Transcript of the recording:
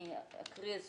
אין